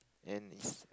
and it's